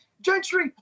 Gentry